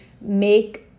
make